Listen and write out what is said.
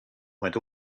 went